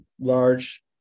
large